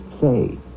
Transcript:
say